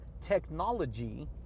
technology